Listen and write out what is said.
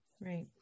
Right